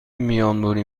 میانبری